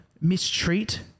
mistreat